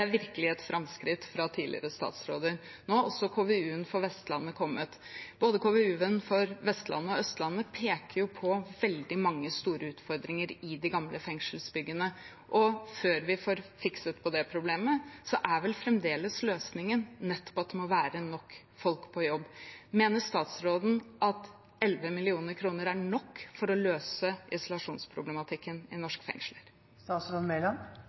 er virkelig et framskritt fra tidligere statsråder. Nå er også KVU-en for Vestlandet kommet. KVU-en for både Vestlandet og Østlandet peker på veldig mange store utfordringer i de gamle fengselsbyggene, og før vi får fikset på det problemet, er vel fremdeles løsningen nettopp at det må være nok folk på jobb. Mener statsråden at 11 mill. kr er nok for å løse isolasjonsproblematikken i norske fengsler?